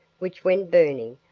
which, when burning,